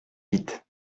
vite